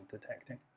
detecting